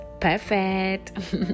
perfect